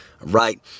right